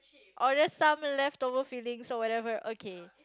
or just some leftover feelings or whatever okay